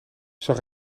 zag